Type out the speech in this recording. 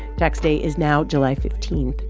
tax day is now july fifteen.